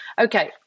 okay